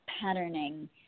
patterning